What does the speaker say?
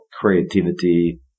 creativity